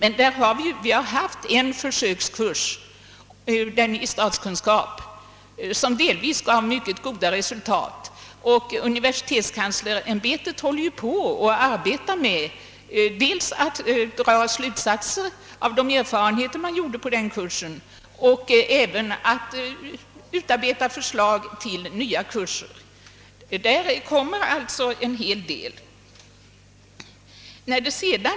Vi har emellertid haft en försökskurs, den i statskunskap, som delvis gav mycket goda resultat, och universitetskanslersämbetet håller på att arbeta med att dra slutsatser av de erfarenheter man gjorde på den kursen och även att utarbeta förslag till nya kurser. Det kan alltså väntas förslag från det hållet på detta område.